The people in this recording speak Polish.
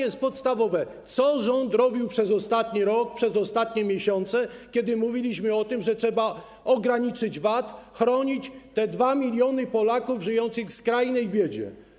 Jest podstawowe pytanie: Co rząd robił przez ostatni rok, przez ostatnie miesiące, kiedy mówiliśmy o tym, że trzeba ograniczyć VAT, chronić 2 mln Polaków żyjących w skrajnej biedzie?